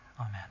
Amen